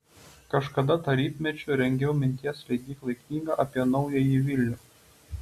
kažkada tarybmečiu rengiau minties leidyklai knygą apie naująjį vilnių